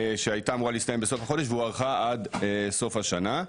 שהייתה אמורה להסתיים בסוף החודש והוארכה עד סוף השנה.